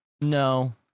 no